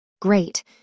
Great